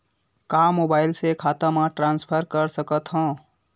का मोबाइल से खाता म ट्रान्सफर कर सकथव?